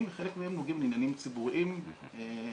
וחלק מהן נוגעים לעניינים ציבוריים ממש.